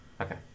Okay